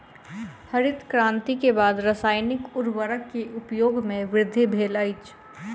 हरित क्रांति के बाद रासायनिक उर्वरक के उपयोग में वृद्धि भेल अछि